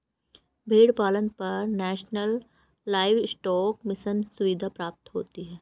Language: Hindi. भेड़ पालन पर नेशनल लाइवस्टोक मिशन सुविधा प्राप्त होती है